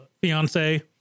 fiance